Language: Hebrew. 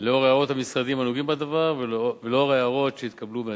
לאור הערות המשרדים הנוגעים בדבר ולאור ההערות שהתקבלו מהציבור.